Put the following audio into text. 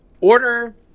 order